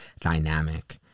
dynamic